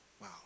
Wow